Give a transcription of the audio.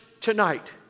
tonight